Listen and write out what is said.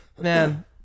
Man-